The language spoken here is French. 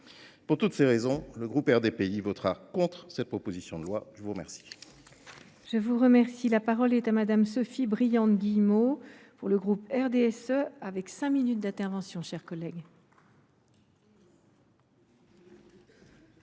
Pour toutes ces raisons, le groupe RDPI votera contre cette proposition de loi. La parole